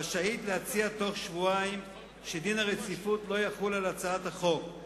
רשאית להציע בתוך שבועיים שדין הרציפות לא יחול על הצעת החוק.